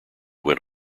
went